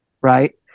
right